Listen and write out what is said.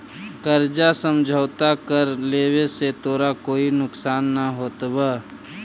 कर्जा समझौता कर लेवे से तोरा कोई नुकसान न होतवऽ